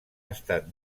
estat